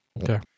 Okay